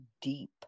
deep